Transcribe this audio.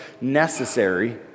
necessary